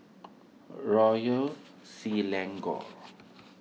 Royal Selangor